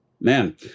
Man